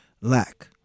lack